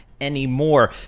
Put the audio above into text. anymore